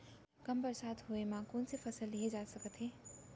कम बरसात होए मा कौन से फसल लेहे जाथे सकत हे?